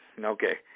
Okay